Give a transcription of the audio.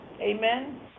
Amen